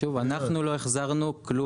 שוב, אנחנו לא החזרנו כלום.